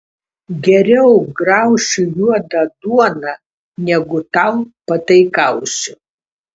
geriau graušiu juodą duoną negu tau pataikausiu